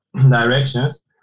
directions